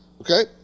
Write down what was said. Okay